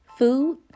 food